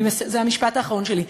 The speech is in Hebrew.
זה המשפט האחרון שלי.